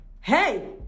Hey